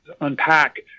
unpack